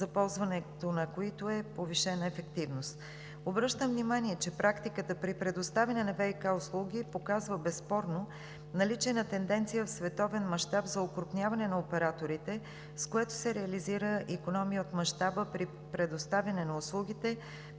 за ползването на които е повишена ефективност. Обръщам внимание, че практиката при предоставяне на ВиК услуги показва безспорно наличие на тенденция в световен мащаб за окрупняване на операторите, с което се реализира икономия от мащаба при предоставяне на услугите